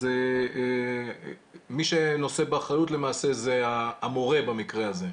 אז מי שנושא באחריות זה המורה במקרה הזה.